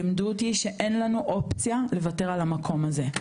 לימדו אותי שאין לנו אופציה לוותר על המקום הזה.